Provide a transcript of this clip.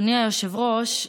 אדוני היושב-ראש,